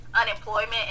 unemployment